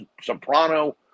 soprano